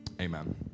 Amen